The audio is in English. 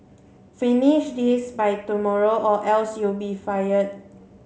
finish this by tomorrow or else you'll be fired